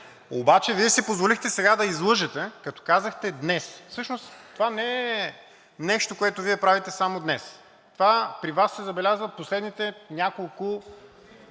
Обаче Вие си позволихте сега да излъжете, като казахте днес. Всъщност това не е нещо, което Вие правите днес. Това при Вас се забелязва в последните няколко